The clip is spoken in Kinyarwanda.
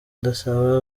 ndasaba